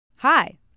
Hi